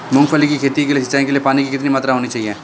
मूंगफली की खेती की सिंचाई के लिए पानी की कितनी मात्रा होनी चाहिए?